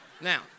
Now